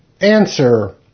Answer